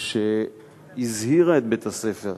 שהזהיר את בית-הספר